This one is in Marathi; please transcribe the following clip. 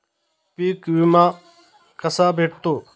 पीक विमा कसा भेटतो?